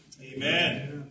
Amen